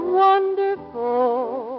wonderful